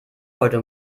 heute